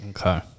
Okay